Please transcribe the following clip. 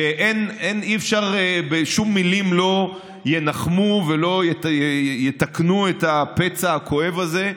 ושום מילים לא ינחמו ולא יתקנו את הפצע הכואב הזה,